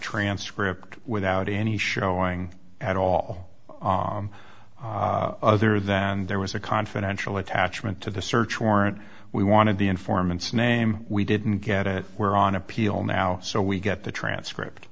transcript without any showing at all other than there was a confidential attachment to the search warrant we wanted the informants name we didn't get it were on appeal now so we get the transcript